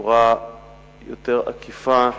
בצורה עקיפה יותר,